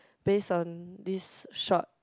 based on these short